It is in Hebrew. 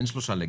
אין שלושה לגים.